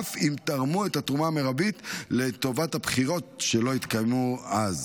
אף אם תרמו את התרומה המרבית לטובת הבחירות שלא התקיימו אז.